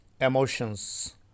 emotions